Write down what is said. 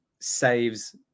saves